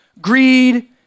greed